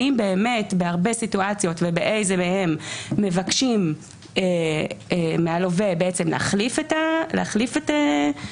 האם באמת בהרבה סיטואציות מבקשים מהלווה להחליף את הפוליסה